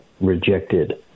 rejected